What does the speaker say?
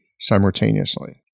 simultaneously